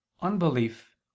unbelief